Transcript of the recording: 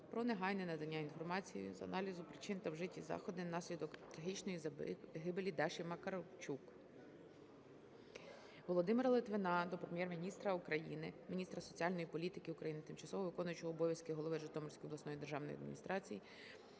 про негайне надання інформації з аналізу причин та вжиті заходи внаслідок трагічної загибелі Даші Макарчук. Володимира Литвина до Прем'єр-міністра України, міністра соціальної політики України, тимчасово виконуючого обов'язки голови Житомирської обласної державної адміністрації